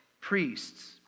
priests